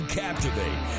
captivate